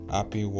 Happy